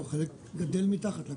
לא, חלק גדל מתחת לקרקע.